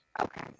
Okay